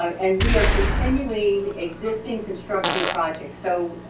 and we are continuing existing construction projects. so.